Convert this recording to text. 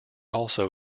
also